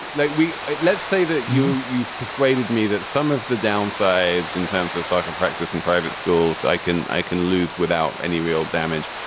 like we let's say that you you've persuaded me that some of the downsides in terms of soccer practice in private schools. i can i can lose without any real damage.